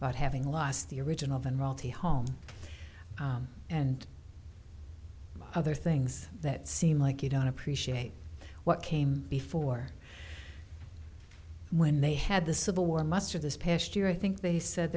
about having lost the original van roll to a home and other things that seem like you don't appreciate what came before when they had the civil war muster this past year i think they said